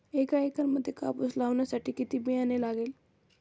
एका एकरामध्ये कापूस लावण्यासाठी किती बियाणे लागेल?